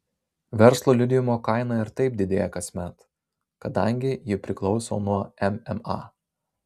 verslo liudijimo kaina ir taip didėja kasmet kadangi ji priklauso nuo mma